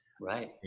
right